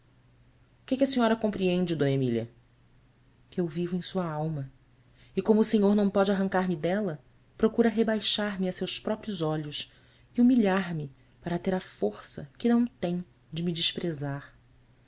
que é que a senhora compreende mília ue eu vivo em sua alma e como o senhor não pode arrancar-me dela procura rebaixar me a seus próprios olhos e humilhar me para ter a força que não tem de me desprezar